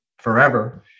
forever